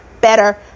better